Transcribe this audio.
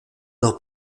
leur